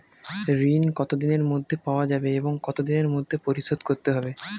ঋণ কতদিনের মধ্যে পাওয়া যাবে এবং কত দিনের মধ্যে পরিশোধ করতে হবে?